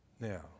Now